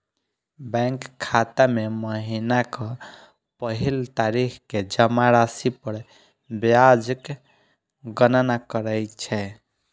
bank खाता मे महीनाक पहिल तारीख कें जमा राशि पर ब्याजक गणना करै छै